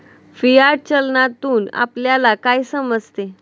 Fiat चलनातून आपल्याला काय समजते?